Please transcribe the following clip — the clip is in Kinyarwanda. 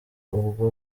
ubwo